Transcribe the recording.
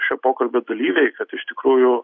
šio pokalbio dalyviai kad iš tikrųjų